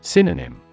Synonym